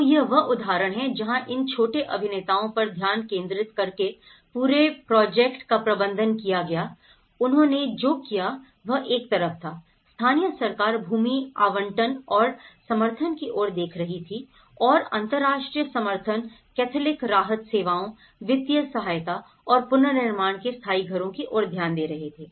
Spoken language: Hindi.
तो यह वह उदाहरण है जहाँ इन छोटे अभिनेताओं पर ध्यान केंद्रित करके पूरे प्रोजेक्ट का प्रबंधन किया गया उन्होंने जो किया वह एक तरफ था स्थानीय सरकार भूमि आवंटन और समर्थन की ओर देख रही थी और अंतरराष्ट्रीय समर्थन कैथोलिक राहत सेवाओं वित्तीय सहायता और पुनर्निर्माण के स्थायी घरों की ओर ध्यान दे रहे थे